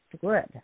good